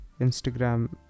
Instagram